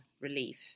relief